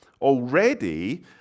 Already